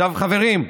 עכשיו, חברים,